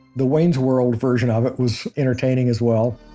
the wayne's world version of it was entertaining as well.